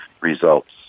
results